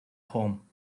home